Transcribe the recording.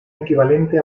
equivalente